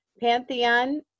Pantheon